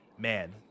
man